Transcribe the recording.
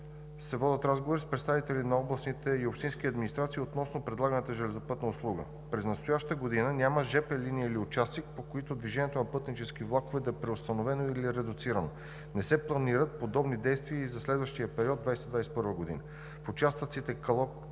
се водят разговори с представителите на областните и общински администрации относно предлаганата железопътна услуга. През настоящата 2020 г. няма жп линии или участък, по които движението на пътнически влакове да е преустановено или редуцирано. Не се планират подобни действия и за следващия период 2020 – 2021 г. В участъците